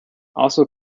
also